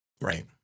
Right